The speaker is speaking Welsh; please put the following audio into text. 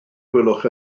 gwelwch